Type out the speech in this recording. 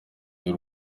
y’u